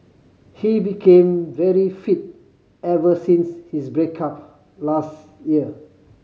he became very fit ever since his break up last year